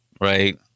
Right